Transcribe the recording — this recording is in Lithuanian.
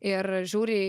ir žiūri